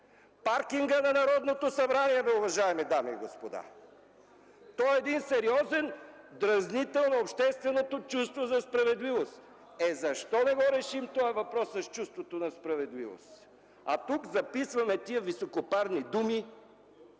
Паркингът на Народното събрание, уважаеми дами и господа! Той е един сериозен дразнител на общественото чувство за справедливост. Е, защо не го решим този въпрос с чувството на справедливост, а тук записваме тези високопарни думи,